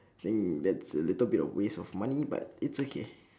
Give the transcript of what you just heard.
hmm that's a little bit of waste of money but it's okay